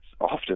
often